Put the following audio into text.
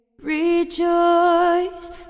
Rejoice